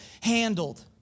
handled